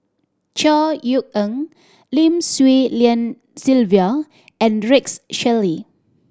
Chor Yeok Eng Lim Swee Lian Sylvia and Rex Shelley